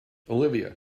olivia